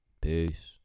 Peace